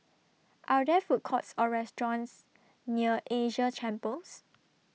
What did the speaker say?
Are There Food Courts Or restaurants near Asia Chambers